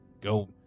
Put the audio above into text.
go